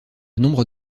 nombre